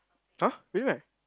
!huh! really meh